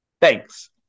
thanks